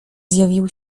zjawił